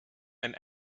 and